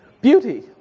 beauty